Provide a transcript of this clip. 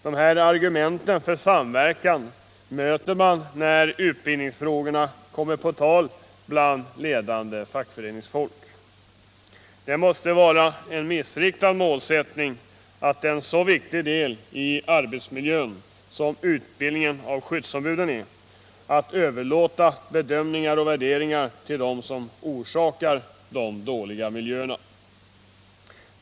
Dessa argument för samverkan möter man när utbildningsfrågorna kommer på tal bland ledande fackföreningsfolk. Det måste vara en missriktad målsättning att när det gäller en så viktig del i arbetsmiljön, som utbildningen av skyddsombuden är, överlåta bedömningar och värderingar till dem som orsakar de dåliga miljöerna.